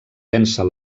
vèncer